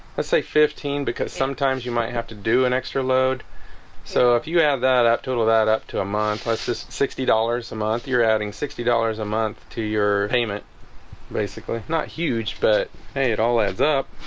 let's say fifteen because sometimes you might have to do an extra load so if you have that out total that up to a month, that's just sixty dollars a month. you're adding sixty dollars a month to your payment basically, not huge but hey, it all adds up.